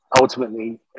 ultimately